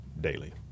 daily